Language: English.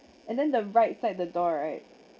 and then the right side the door right